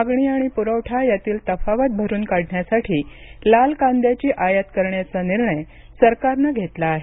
मागणी आणि पुरवठा यातील तफावत भरुन काढण्यासाठी लाल कांद्याची आयात करण्याचा निर्णय सरकारनं घेतला आहे